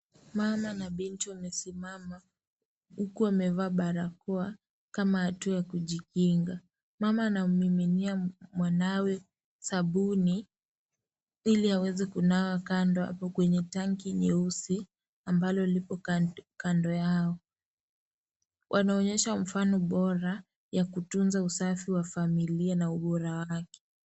Mama na binti wamesimama, huku wamevaa barakoa, kama hatua ya kujikinga. Mama anammiminia mwanawe sabuni iliaweze kunawa kando kwenye tanki nyeusi ambalo lipo kando yao, wanaonyesha mfano bora wa kutunza usafi wa familia na ubora wake.